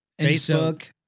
Facebook